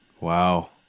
Wow